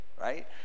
right